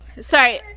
Sorry